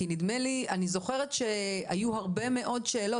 כי נדמה לי או שאני זוכרת שהיו הרבה מאוד שאלות.